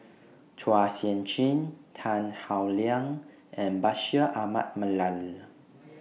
Chua Sian Chin Tan Howe Liang and Bashir Ahmad Mallal